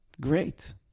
great